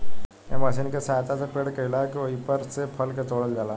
एह मशीन के सहायता से पेड़ के हिला के ओइपर से फल के तोड़ल जाला